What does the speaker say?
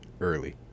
early